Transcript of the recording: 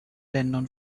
ländern